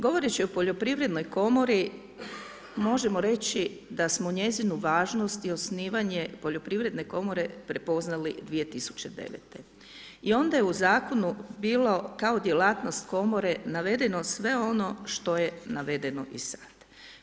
Govoreći o poljoprivrednoj komori, možemo reći da smo njezinu važnost i osnivanje poljoprivredne komore prepoznali 2009. i onda je u Zakonu bilo kao djelatnost komore navedeno sve ono što je navedeno i sad.